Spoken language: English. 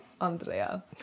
Andrea